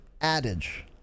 adage